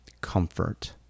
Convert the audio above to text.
comfort